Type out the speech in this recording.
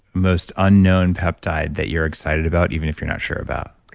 most unknown peptide that you're excited about even if you're not sure about?